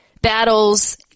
battles